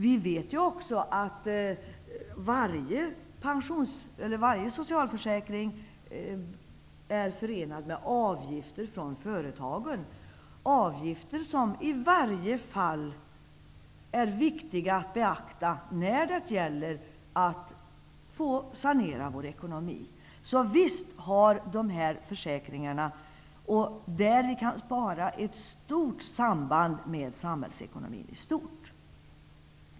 Vi vet även att varje socialförsäkring är förenad med avgifter från företagen, avgifter som i varje fall är viktiga att beakta när det gäller att sanera vår ekonomi. Visst har möjligheterna att spara i dessa försäkringar ett samband med samhällsekonomin i stort.